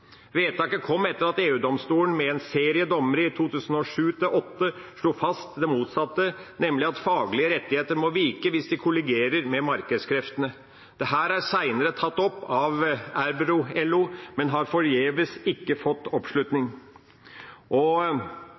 Vedtaket kom etter at EU-domstolen med en serie dommer i 2007–2008 slo fast det motsatte, nemlig at faglige rettigheter må vike hvis de kolliderer med markedskreftene. Dette er senere blitt tatt opp av Euro-LO, men har ikke fått oppslutning.